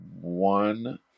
one